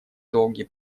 долгий